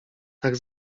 tak